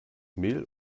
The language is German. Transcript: mehl